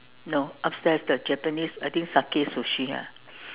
no upstairs the Japanese I think Sakae sushi ah